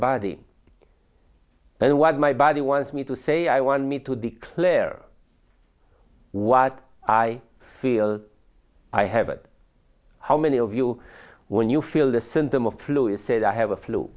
body and what my body wants me to say i want me to declare what i feel i have it how many of you when you feel the center of flu is said i have a flu